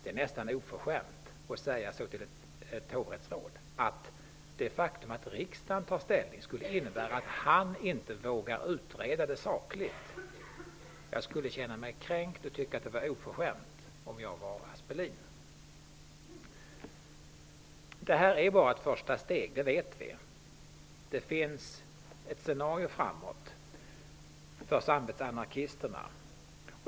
Det är nästan oförskämt att säga till en hovrättslagman att det faktum att riksdagen tar ställning innebär att han inte vågar utreda frågan sakligt. Om jag vore Aspelin skulle jag känna mig kränkt och tycka att det var oförskämt. Vi vet att detta bara är ett första steg. Det finns ett scenario framåt för samvetsanarkisterna.